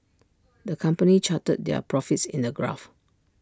the company charted their profits in A graph